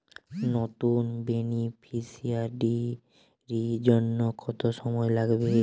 নতুন বেনিফিসিয়ারি জন্য কত সময় লাগবে?